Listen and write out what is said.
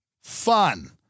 Fun